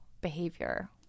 behavior